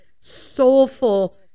soulful